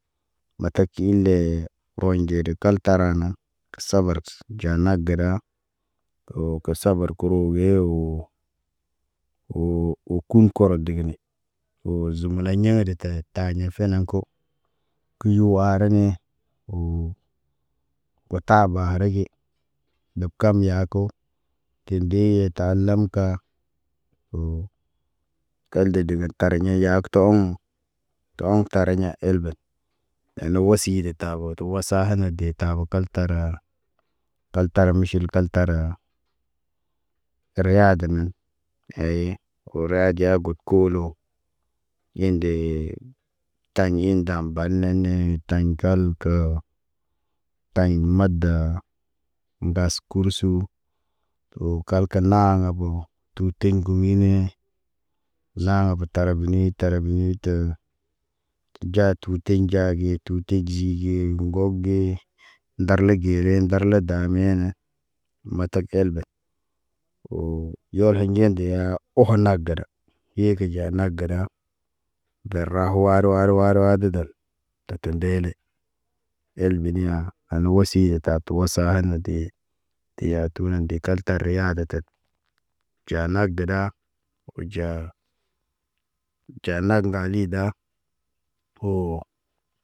Matak ilee roɲ dede kal tarana kə sabar kə ɟaa nag gidaa woo kə sabar kə roɓeewoo. Woo, wo kum kɔo digin woo zumalaɲ ɲaadə tə taɲa feneŋg ko kiyo ara nee, woo wo ta bara ge. Dab kam yaako deb geeye ta alam ka woo ka dede gə tariɲa yaagə ə oom. Tə oŋg tariɲa elbe. Ena wosi de taboo tə wasana haa de tabo kaltara. Kaltara miʃil kaltaraa. Riyaadaəy, heey woo radiya got koolo. In dee taɲi iɲ dam balnaanee taɲ kalkə taɲ mada daa bas kursuu woo kalakə naaŋga boo. Tuteɲ gumiee laaŋg bə tar bineeta tar tarbiniita. ɟaa tuteɲ nɟaa ge tuteɲ tegzi gz, ŋgok ge ndarle gele, ndarle dameene matak elben. Woo ɲoleɲ ɲelde yaa oho nagada, yeke ɟaa nag gadaa. Dara waru waru waru wadədə, ta tə ndeele. Eleni ya, an wosi de tab a tawasa hana dee dee yatuna de kalta riyada tə. ɟaa nag gədaa wo ɟaa. ɟaa nag ŋgalida, woo.